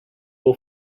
will